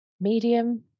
medium